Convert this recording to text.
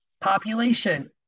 Population